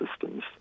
systems